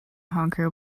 honker